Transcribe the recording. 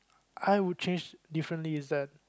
I would change differently is that